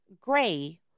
gray